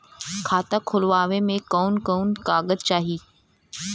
खाता खोलवावे में कवन कवन कागज चाही?